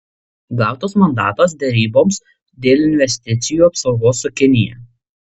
gautas mandatas deryboms dėl investicijų apsaugos su kinija